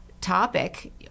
topic